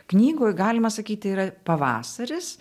knygoj galima sakyti yra pavasaris